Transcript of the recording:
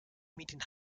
median